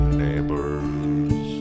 neighbors